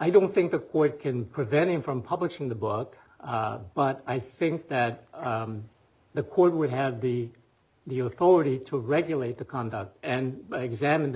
i don't think the oid can prevent him from publishing the book but i think that the court would have be the authority to regulate the conduct and examine the